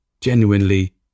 genuinely